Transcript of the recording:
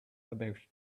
about